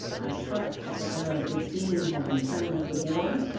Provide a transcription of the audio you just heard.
i trust that the era of good feeling has returned with the war,